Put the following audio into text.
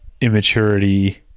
immaturity